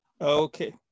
okay